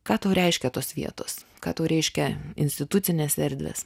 ką tau reiškia tos vietos ką reiškia institucinės erdvės